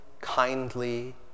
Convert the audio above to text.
kindly